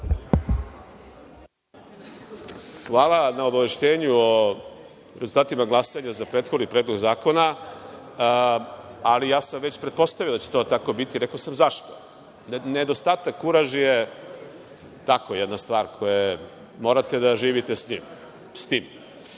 Hvala na obaveštenju o rezultatima glasanja za prethodni predlog zakona, ali već sam pretpostavio da će to tako biti i rekao sam zašto – nedostatak kuraži je jedna stvar sa kojom morate da živite. Predlog